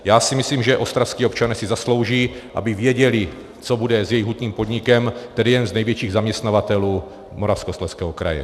Já si myslím, že ostravští občané si zaslouží, aby věděli, co bude s jejich hutním podnikem, který je jeden z největších zaměstnavatelů Moravskoslezského kraje.